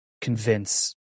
convince